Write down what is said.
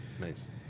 Nice